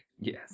Yes